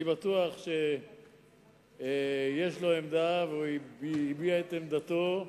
אני בטוח שיש לו עמדה, הוא הביע את עמדתו,